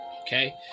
Okay